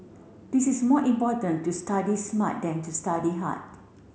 this is more important to study smart than to study hard